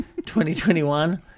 2021